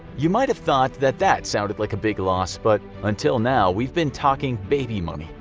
you might have thought that that sounded like a big loss, but until now we've been talking baby money.